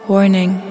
Warning